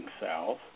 south